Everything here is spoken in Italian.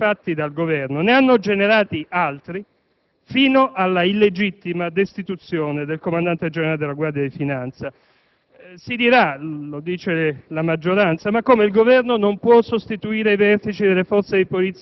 Sono circostanze che rivelano un modo di fare illegittimo. Prima è stata ricordata la lettera del 16 marzo 2007, che individua non un fatto occasionale, ma un sistema